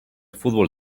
fútbol